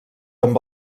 amb